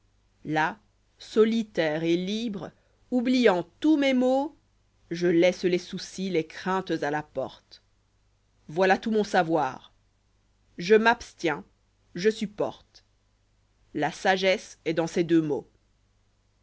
là solitaire et libre oubliant tous mes maux je laisse les soucis les craintes à la porte voilà tout mon savoir je m'abstiens je supporte la sagesse fist dans ces deux mots